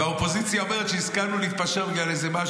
והאופוזיציה אומרת שהסכמנו להתפשר בגלל איזה משהו,